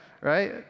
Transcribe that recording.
Right